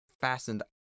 fastened